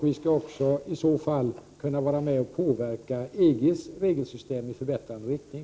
Dessutom vill vi vara med och påverka EG:s regelsystem i förbättrande riktning.